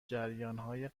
جریانهای